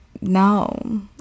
no